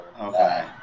Okay